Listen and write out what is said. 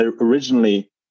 originally